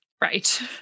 Right